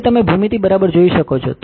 તેથી તમે ભૂમિતિ બરાબર જોઈ શકો છો